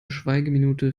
schweigeminute